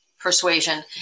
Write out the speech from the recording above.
Persuasion